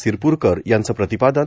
सिरप्रकर याचं प्रतिपादन